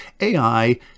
AI